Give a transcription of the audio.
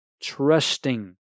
trusting